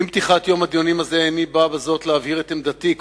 "עם פתיחת יום הדיונים הזה אני בא בזאת להבהיר את עמדתי",